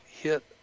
hit